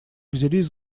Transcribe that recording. взялись